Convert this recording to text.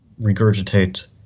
regurgitate